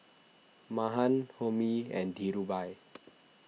Mahan Homi and Dhirubhai